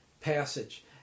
passage